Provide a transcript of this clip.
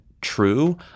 true